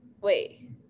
wait